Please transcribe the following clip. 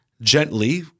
gently